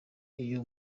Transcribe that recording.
iyo